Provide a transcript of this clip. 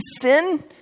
sin